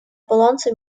баланса